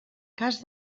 cas